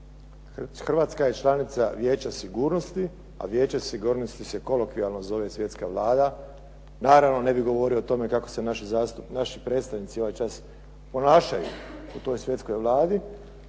Hrvatska je članica Vijeća sigurnosti, a Vijeće sigurnosti se kolokvijalno zove Svjetska vlada. Naravno, ne bih govorio o tome kako se naši predstavnici ovaj čas ponašaju u toj Svjetskoj vladi,